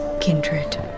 kindred